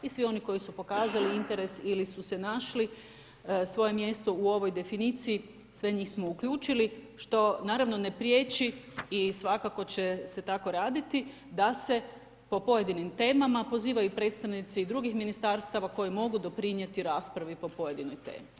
I svi oni koji su pokazali interes ili su našli svoje mjesto u ovoj definiciji sve njih smo uključili što naravno ne prijeći i svakako će se tako raditi da se po pojedinim temama pozivaju i predstavnici i drugih ministarstava koji mogu doprinijeti raspravi po pojedinoj temi.